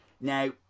now